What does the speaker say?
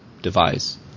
device